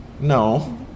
No